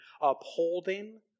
upholding